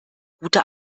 gute